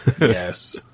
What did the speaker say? yes